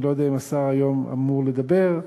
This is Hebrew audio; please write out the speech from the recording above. אני לא יודע אם השר אמור לדבר היום,